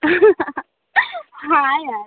हा यार